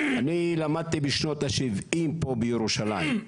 אני למדתי בשנות ה-70 פה בירושלים,